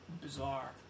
bizarre